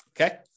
okay